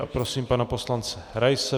Prosím pana poslance Raise.